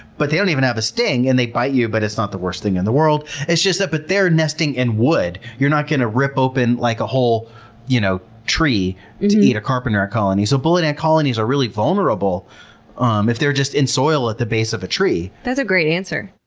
but they don't even have a sting and they bite you, but it's not the worst thing in the world. it's just that but they're nesting in wood, you're not going to rip open like a whole you know tree to eat a carpenter ant colony. so bullet ant colonies are really vulnerable um if they're just in soil at the base of a tree. that's a great answer.